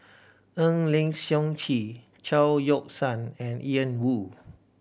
Eng Lee Seok Chee Chao Yoke San and Ian Woo